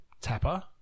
Tapper